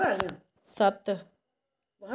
सत्त